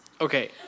okay